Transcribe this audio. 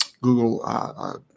Google